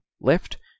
left